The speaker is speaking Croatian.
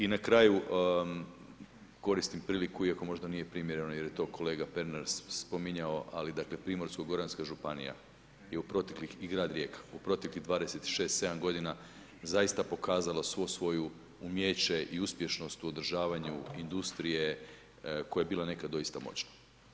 I na kraju, koristim priliku iako možda nije primjereno, jer je to kolega Pernar spominjao, ali dakle, Primorsko goranska županija je u proteklih i grad Rijeka, u proteklih 26, 7 g. zaista pokazalo svo svoje umijeće i uspješnost održavanju industrije, koja je bila nekad doista moćna.